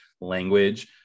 language